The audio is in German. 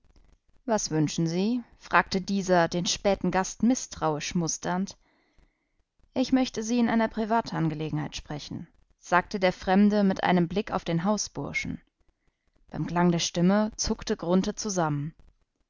was wünschen sie fragte dieser den späten gast mißtrauisch musternd ich möchte sie in einer privatangelegenheit sprechen sagte der fremde mit einem blick auf den hausburschen beim klang der stimme zuckte grunthe zusammen